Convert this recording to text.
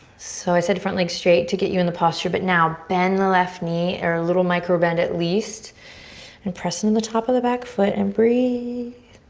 so i said front leg straight to get you in the posture but now bend the left knee or a little micro bend at least and press into the top of the back foot and breathe.